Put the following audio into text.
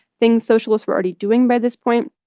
things socialists were already doing by this point